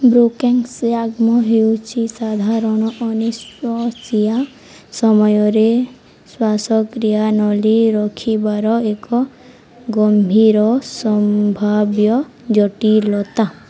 ବ୍ରୋକେଙ୍ଗଶିୟାଗ୍ମ ହେଉଛି ସାଧାରଣ ଅନେସ୍ଥସିଆ ସମୟରେ ଶ୍ୱାସକ୍ରିୟା ନଳୀ ରଖିବାର ଏକ ଗମ୍ଭୀର ସମ୍ଭାବ୍ୟ ଜଟିଳତା